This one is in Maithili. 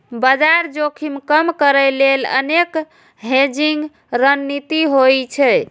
बाजार जोखिम कम करै लेल अनेक हेजिंग रणनीति होइ छै